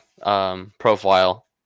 Profile